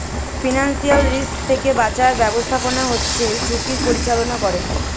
financial risk থেকে বাঁচার ব্যাবস্থাপনা হচ্ছে ঝুঁকির পরিচালনা করে